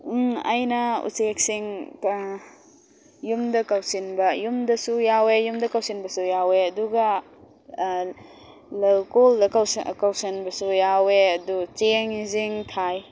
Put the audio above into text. ꯎꯝ ꯑꯩꯅ ꯎꯆꯦꯛꯁꯤꯡ ꯌꯨꯝꯗ ꯀꯧꯁꯤꯟꯕ ꯌꯨꯝꯗꯁꯨ ꯌꯥꯎꯋꯦ ꯌꯨꯝꯗ ꯀꯧꯁꯤꯟꯕꯁꯨ ꯌꯥꯎꯋꯦ ꯑꯗꯨꯒ ꯂꯧꯀꯣꯜꯗ ꯀꯧꯁꯟꯕꯁꯨ ꯌꯥꯎꯋꯦ ꯑꯗꯣ ꯆꯦꯡꯁꯦ ꯆꯦꯡ ꯊꯥꯏ